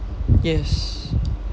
yes